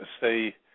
say